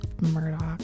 Murdoch